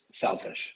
selfish